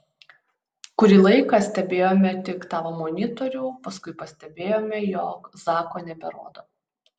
kurį laiką stebėjome tik tavo monitorių paskui pastebėjome jog zako neberodo